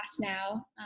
now